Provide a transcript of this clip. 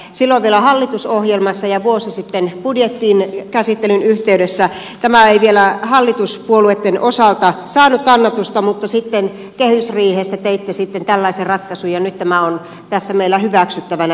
silloin vielä hallitusohjelmassa ja vuosi sitten budjettikäsittelyn yhteydessä tämä ei vielä hallituspuolueitten osalta saanut kannatusta mutta kehysriihessä teitte sitten tällaisen ratkaisun ja nyt tämä on tässä meillä hyväksyttävänä